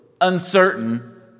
Uncertain